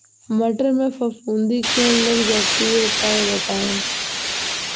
मटर में फफूंदी क्यो लग जाती है उपाय बताएं?